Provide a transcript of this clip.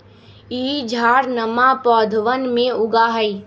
ई झाड़नमा पौधवन में उगा हई